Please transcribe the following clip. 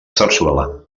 sarsuela